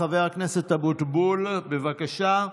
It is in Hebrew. חבר הכנסת אבוטבול, בבקשה.